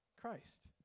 Christ